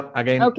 again